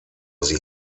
sie